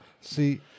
See